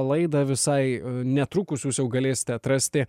laidą visai netrukus jūs jau galėsite atrasti